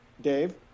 Dave